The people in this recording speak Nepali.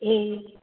ए